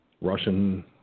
Russian